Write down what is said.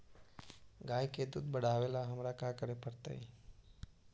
गाय के दुध बढ़ावेला हमरा का करे पड़तई?